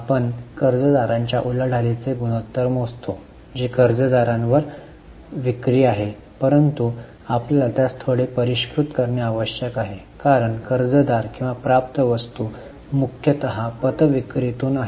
आपण कर्जदारांच्या उलाढालीचे गुणोत्तर मोजतो जे कर्जदारांवर विक्री आहे परंतु आपल्याला त्यास थोडे परिष्कृत करणे आवश्यक आहे कारण कर्जदार किंवा प्राप्य वस्तू मुख्यतः पत विक्रीतून आहेत